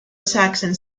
saxon